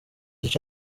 gice